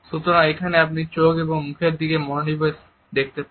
সুতরাং এখানে আপনি চোখ এবং মুখের দিকে মনোনিবেশ দেখতে পান